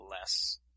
less